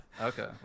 Okay